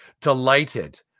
delighted